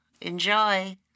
Enjoy